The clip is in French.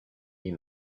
les